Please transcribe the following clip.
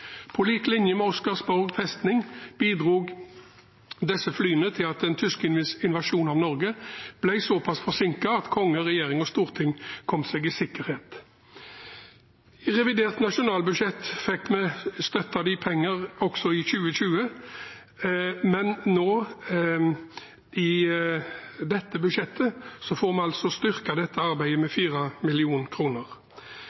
På lik linje med Oscarsborg festning bidro disse flyene til at den tyske invasjonen av Norge ble såpass forsinket at konge, regjering og storting kom seg i sikkerhet. I revidert nasjonalbudsjett ble det gitt støtte og penger også i 2020, men nå i dette budsjettet får vi styrket dette arbeidet med